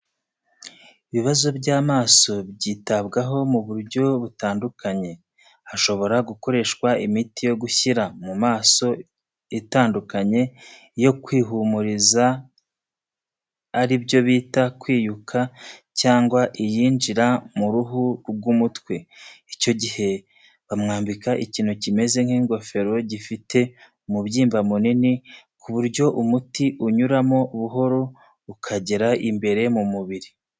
Ibibazo by'amaso byitabwaho mu buryo butandukanye, hashobora gukoreshwa imiti yo gushyira mu maso itandukanye, iyo kwihumuza aribyo bita kwiyuka cyangwa iyinjirira mu ruhu rw'umutwe, icyo gihe bamwambika ikintu kimeze nk'ikigofero gifite umubyimba munini, ku buryo umuti unyuramo buhoro, ukagera imbere mu mubiri.